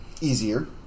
easier